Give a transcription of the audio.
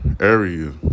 area